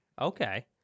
Okay